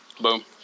Boom